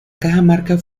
cajamarca